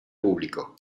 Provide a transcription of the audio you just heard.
público